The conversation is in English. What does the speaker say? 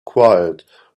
quiet